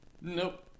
Nope